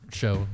show